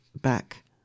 back